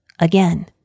again